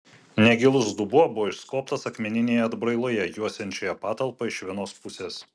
negilus dubuo buvo išskobtas akmeninėje atbrailoje juosiančioje patalpą iš vienos pusės